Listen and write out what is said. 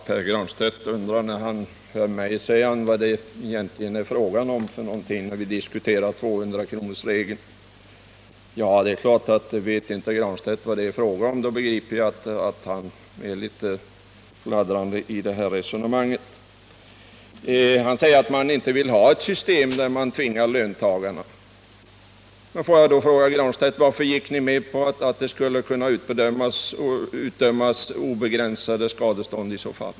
Herr talman! När Pär Granstedt hör mig diskutera 200-kronorsregeln, undrar han vad det egentligen är fråga om. Ja, det är klart att om Pär Granstedt inte vet vad det är fråga om, begriper jag att han är litet fladdrande i detta sammanhang. Pär Granstedt säger att man inte vill ha ett system där man tvingar löntagarna. Får jag då fråga: Varför gick ni i så fall med på att det skulle kunna utdömas obegränsat skadestånd?